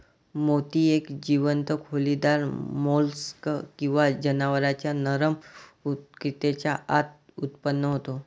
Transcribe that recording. मोती एक जीवंत खोलीदार मोल्स्क किंवा जनावरांच्या नरम ऊतकेच्या आत उत्पन्न होतो